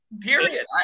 period